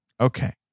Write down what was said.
okay